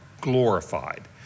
glorified